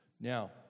now